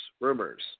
rumors